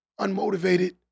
unmotivated